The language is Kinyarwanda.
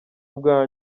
ubwa